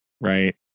right